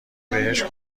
بهش